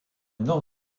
nord